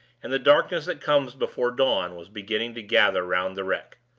and the darkness that comes before dawn was beginning to gather round the wreck.